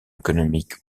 économique